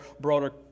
broader